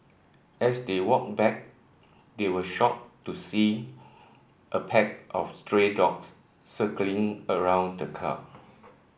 as they walked back they were shocked to see a pack of stray dogs circling around the car